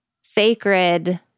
sacred